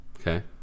okay